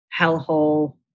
hellhole